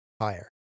higher